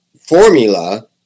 formula